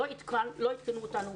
לא עדכנו אותנו,